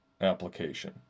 application